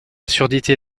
surdité